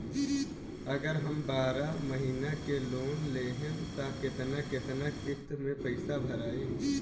अगर हम बारह महिना के लोन लेहेम त केतना केतना किस्त मे पैसा भराई?